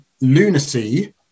lunacy